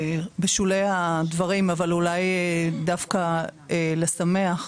בשולי הדברים אולי דווקא לשמח.